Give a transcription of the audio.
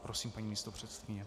Prosím, paní místopředsedkyně.